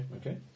Okay